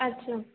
আচ্ছা